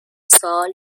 سال